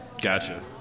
Gotcha